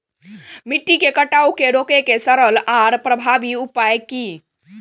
मिट्टी के कटाव के रोके के सरल आर प्रभावी उपाय की?